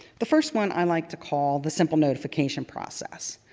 the first one i like to call the simple notification process.